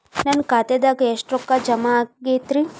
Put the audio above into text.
ನನ್ನ ಖಾತೆದಾಗ ಎಷ್ಟ ರೊಕ್ಕಾ ಜಮಾ ಆಗೇದ್ರಿ?